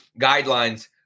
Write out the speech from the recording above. guidelines